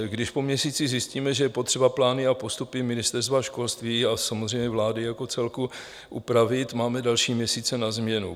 Když po měsíci zjistíme, že je potřeba plány a postupy Ministerstva školství a samozřejmě vlády jako celku upravit, máme další měsíce na změnu.